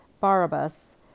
Barabbas